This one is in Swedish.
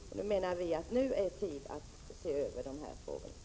Vi menar att det nu är tid att se över dessa frågor.